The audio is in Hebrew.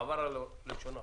עבר על לשון החוק.